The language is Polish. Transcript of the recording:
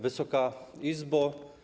Wysoka Izbo!